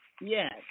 yes